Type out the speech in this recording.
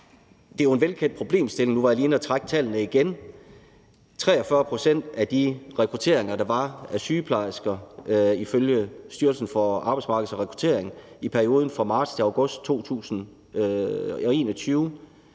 Det er jo en velkendt problemstilling. Nu var jeg lige inde at trække tallene igen: 43 pct. af de sygeplejerskerekrutteringer, der ifølge Styrelsen for Arbejdsmarked og Rekruttering var i perioden fra marts til august 2021,